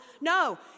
no